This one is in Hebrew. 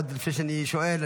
עוד לפני שאני שואל,